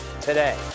today